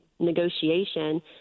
negotiation